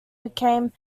became